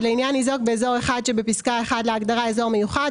לעניין ניזוק באזור שבפסקה (1) להגדרה "אזור מיוחד"